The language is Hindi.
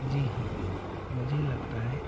जी हाँ मुझे लगता है